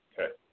Okay